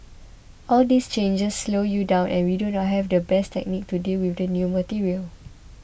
all these changes slow you down and we do not have the best technique to deal with the new material